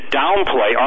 downplay